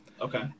Okay